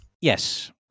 Yes